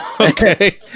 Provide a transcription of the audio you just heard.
Okay